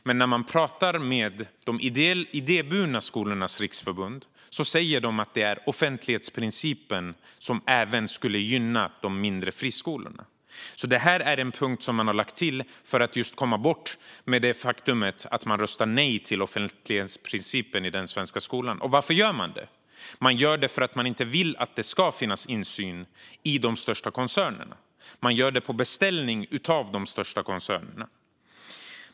Men när man pratar med Idéburna Skolors Riksförbund säger de att offentlighetsprincipen även skulle gynna de mindre friskolorna. Det här är en punkt som man har lagt till för att komma bort från det faktumet att man röstar nej till offentlighetsprincipen i den svenska skolan. Varför gör man det? Man gör det för att man inte vill att det ska finnas insyn i de största koncernerna. Man gör det på beställning av de största koncernerna.